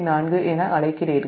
4 என அழைக்கிறீர்கள்